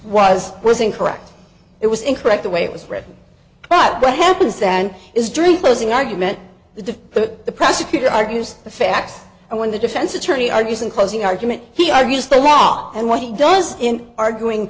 was was incorrect it was incorrect the way it was written but what happens then is during closing argument the prosecutor argues the facts and when the defense attorney argues in closing argument he argues the law and what he does in arguing